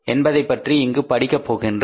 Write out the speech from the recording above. என்பதைப்பற்றி இங்கு படிக்க போகின்றோம்